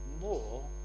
more